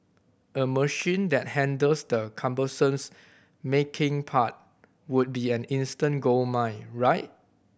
a machine that handles the cumbersome's making part would be an instant goldmine right